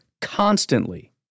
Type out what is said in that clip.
Constantly